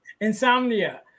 Insomnia